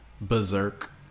Berserk